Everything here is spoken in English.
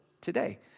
today